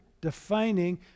defining